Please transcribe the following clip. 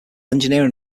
engineering